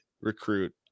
recruit